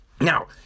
now